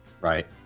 right